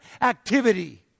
activity